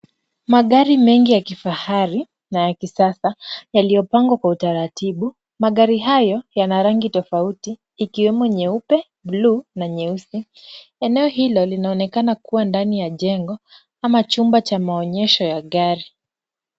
Magari mengi ya kifahari na ya kisasa yaliyopangwa kwa utaratibu. Magari hayo yana rangi tofauti ikiwemo nyeupe, buluu na nyeusi. Eneo hilo linaonekana kuwa ndani ya jengo ama chumba cha maonyesho ya gari.